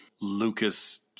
Lucas